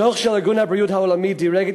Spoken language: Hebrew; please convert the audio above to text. דוח של ארגון הבריאות העולמי דירג את